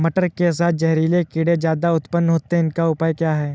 मटर के साथ जहरीले कीड़े ज्यादा उत्पन्न होते हैं इनका उपाय क्या है?